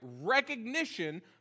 recognition